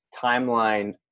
timeline